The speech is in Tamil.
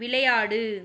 விளையாடு